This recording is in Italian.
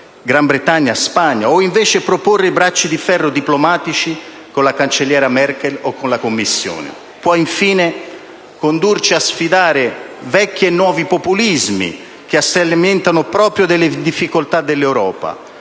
o invece proporre bracci di ferro diplomatici con la cancelliera Merkel o con la Commissione. Può infine condurci a sfidare vecchi e nuovi populismi, che si alimentano proprio delle difficoltà dell'Europa,